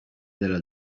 della